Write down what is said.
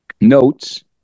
notes